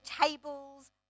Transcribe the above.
tables